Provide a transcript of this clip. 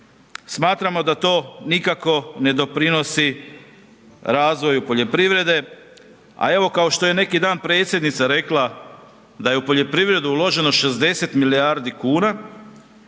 Smatramo da to nikako ne doprinosi razvoju poljoprivrede, a evo kao što je neki dan predsjednica rekla da je u poljoprivredu uloženo 60 milijardi kuna,